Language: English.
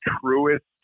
truest